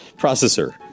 processor